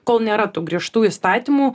kol nėra tų griežtų įstatymų